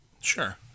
Sure